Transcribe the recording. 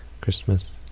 Christmas